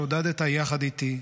שעודדת יחד איתי,